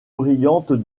brillante